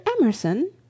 Emerson